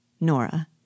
Nora